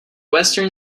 western